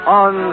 on